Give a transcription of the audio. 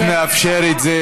החוק מאפשר את זה,